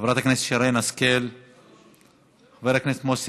חברת הכנסת מרב מיכאלי,